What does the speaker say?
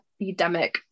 Epidemic